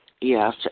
yes